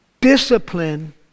discipline